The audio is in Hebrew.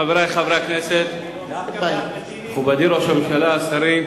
חברי חברי הכנסת, מכובדי ראש הממשלה, שרים,